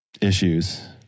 issues